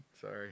Sorry